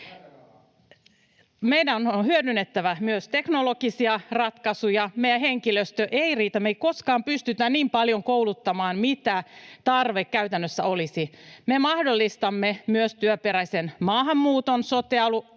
Meidän on hyödynnettävä myös teknologisia ratkaisuja. Meidän henkilöstömme ei riitä. Me emme koskaan pysty kouluttamaan niin paljon, mitä tarve käytännössä olisi. Me mahdollistamme myös työperäisen maahanmuuton sote-alalle.